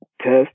test